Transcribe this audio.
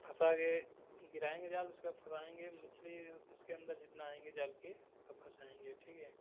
फँसा कर गिराएंगे जाल उसके बाद फँसाएंगे मछली उसके अंदर जितना आएंगे जाल के सब फँस जाएंगे ठीक है